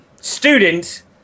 Students